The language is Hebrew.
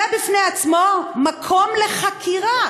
זה בפני עצמו מקום לחקירה.